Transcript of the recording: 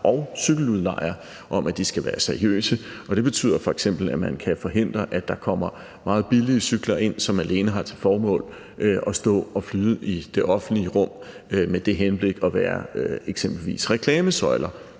og cykeludlejere – om, at de skal være seriøse. Og det betyder f.eks., at man kan forhindre, at der kommer meget billige cykler ind, som alene har til formål at stå og flyde i det offentlige rum med henblik på at være eksempelvis reklamesøjler.